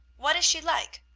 what is she like?